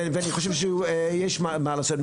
ואני חושב שיש מה לעשות.